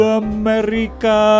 america